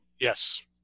yes